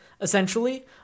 essentially